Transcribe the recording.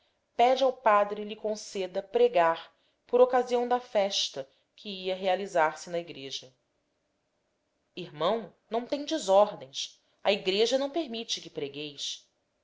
pede ao padre lhe conceda pregar por ocasião da festa que ia realizar-se na igreja irmão não tendes ordens a igreja não permite que pregueis